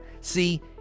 see